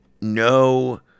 no